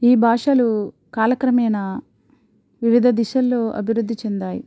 ఈ భాషలు కాలక్రమేణా వివిధ దిశల్లో అభివృద్ధి చెందాయి